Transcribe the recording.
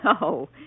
No